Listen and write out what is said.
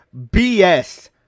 BS